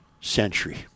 century